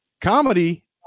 Comedy